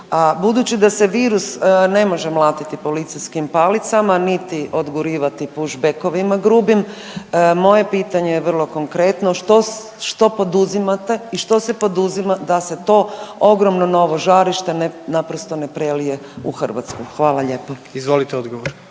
budući da se ne može mlatiti policijskim palicama niti odgurivati pušbekovima grubim moje pitanje je vrlo konkretno, što poduzimate i što se poduzima da se to ogromno novo žarište ne naprosto ne prelije u Hrvatsku? Hvala lijepo. **Jandroković,